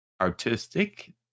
Artistic